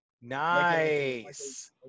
nice